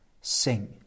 sing